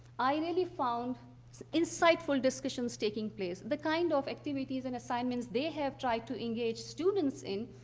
i really found inciteful discussion taking place, the kind of activities and assignments they have tried to engage students in.